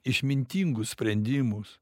išmintingus sprendimus